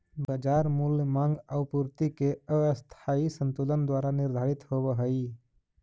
बाजार मूल्य माँग आउ पूर्ति के अस्थायी संतुलन द्वारा निर्धारित होवऽ हइ